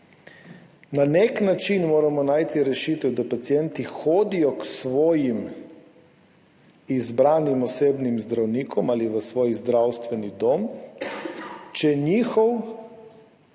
Na nek način moramo najti rešitev, da pacienti hodijo k svojim izbranim osebnim zdravnikom ali v svoj zdravstveni dom, če njihov